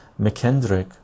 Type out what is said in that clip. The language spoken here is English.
McKendrick